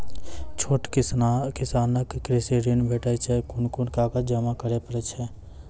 छोट किसानक कृषि ॠण भेटै छै? कून कून कागज जमा करे पड़े छै?